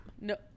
No